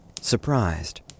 surprised